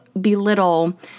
belittle